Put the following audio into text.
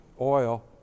oil